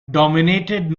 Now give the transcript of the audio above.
dominated